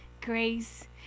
grace